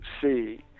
see